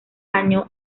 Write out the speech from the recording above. año